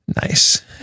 Nice